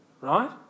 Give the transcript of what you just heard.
Right